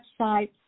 website